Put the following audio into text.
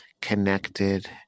connected